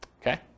Okay